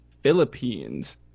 Philippines